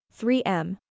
3M